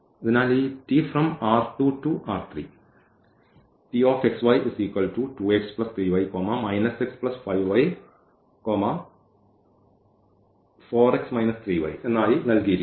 അതിനാൽ ഈ ആയി നൽകിയിരിക്കുന്നു